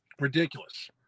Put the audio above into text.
Ridiculous